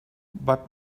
but